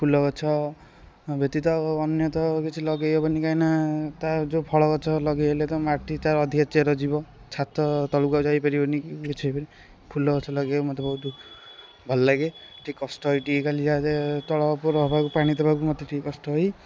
ଫୁଲଗଛ ବ୍ୟତୀତ ଅନ୍ୟ ତ କିଛି ଲଗେଇ ହେବନି କାହିଁକିନା ତା' ଯେଉଁ ଫଳ ଗଛ ଲଗେଇ ହେଲେ ତ ମାଟି ତା'ର ଅଧିକା ଚେର ଯିବ ଛାତ ତଳକୁ ଆଉ ଯାଇପାରିବନି କି କିଛି ହେଇପାରିବନି ଫୁଲଗଛ ଲଗେଇବାକୁ ମୋତେ ବହୁତ ଭଲଲାଗେ ଟିକିଏ କଷ୍ଟ ହୁଏ ଟିକିଏ ଖାଲି ଯାହା ଯାହା ତଳ ଓପର ହେବାକୁ ପାଣି ଦେବାକୁ ମୋତେ ଟିକିଏ କଷ୍ଟ ହୁଏ